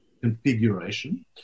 configuration